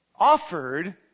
offered